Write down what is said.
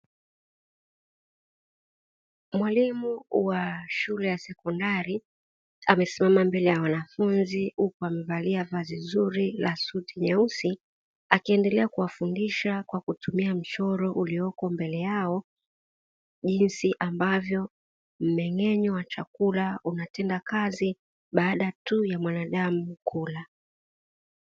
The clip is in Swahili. Mwalimu wa shule ya sekondari, amesimama mbele ya wanafunzi huku amevalia vazi zuri la suti nyeusi, akiendelea kuwafundisha kwa kutumia mchoro uliopo mbele yao, jinsi ambavyo mmeng'enyo wa chakula unatenda kazi, baada tu ya mwanadamu kula.